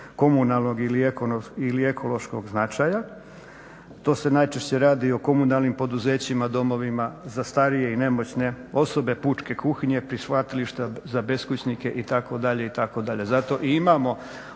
komunalnog ili ekološkog značaja. To se najčešće radi o komunalnim poduzećima, domovima za starije i nemoćne osobe, pučke kuhinje, prihvatilišta za beskućnike itd.